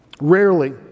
Rarely